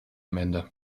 mende